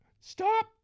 stop